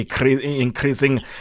increasing